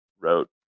wrote